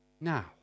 Now